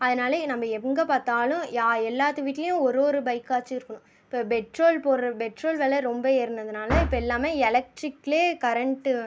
அதனாலயே நம்ம எங்கே பார்த்தாலும் யா எல்லாத்து வீட்லையும் ஒரு ஒரு பைக்காச்சும் இருக்கணும் இப்போ பெட்ரோல் போடுகிற பெட்ரோல் விலை ரொம்ப ஏறினதுனால இப்போ எல்லாம் எலக்ட்ரிக்கில் கரண்ட்